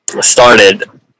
started